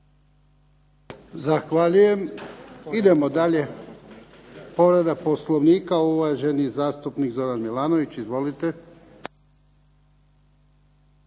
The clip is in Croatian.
Zahvaljujem. Idemo dalje… Povreda Poslovnika, uvaženi zastupnik Zoran Milanović. Izvolite.